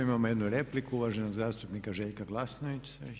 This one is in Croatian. Imamo jednu repliku uvaženog zastupnika Željka Glasnovića.